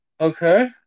Okay